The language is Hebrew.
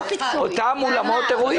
לאותם אולמות אירועים.